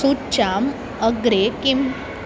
सूच्याम् अग्रे किम्